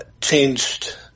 changed